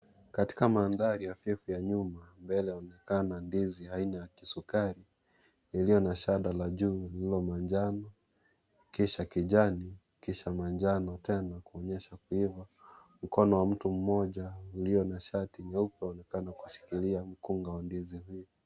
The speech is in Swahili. Katika mandhari hafifu ya nyuma mbele inaonekana ndizi aina ya kisukari iliyo na shada la juu lililo manjano, kisha kijani, kisha manjano yena kuonyesha kuiva. Mkono wa mtu mmoja ulio na shati nyeupe unaonekana kushikilia mkunga wa ndizi hii.